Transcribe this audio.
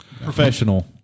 Professional